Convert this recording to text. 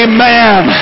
Amen